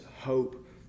hope